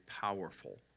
powerful